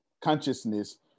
consciousness